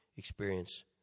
experience